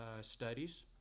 studies